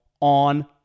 on